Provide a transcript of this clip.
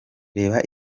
reba